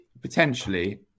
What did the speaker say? potentially